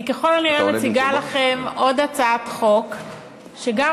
אני ככל הנראה מציגה לכם עוד הצעת חוק שגם